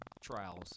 trials